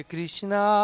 Krishna